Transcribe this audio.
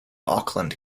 auckland